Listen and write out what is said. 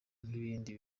nk’ibindi